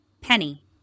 Penny